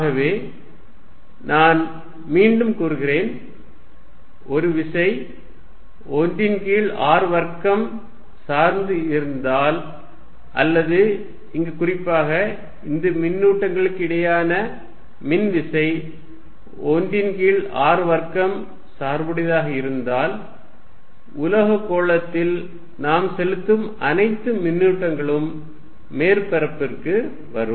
ஆகவே நான் மீண்டும் கூறுகிறேன் ஒரு விசை 1 ன் கீழ் r வர்க்கம் சார்ந்து இருந்தால் அல்லது இங்கு குறிப்பாக இந்த மின்னூட்டங்களுக்கு இடையான மின் விசை 1 ன் கீழ் r வர்க்கம் சார்புடையதாக இருந்தால் உலோகக் கோளத்தில் நாம் செலுத்தும் அனைத்து மின்னூட்டங்களும் மேற்பரப்பிற்கு வரும்